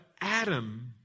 Adam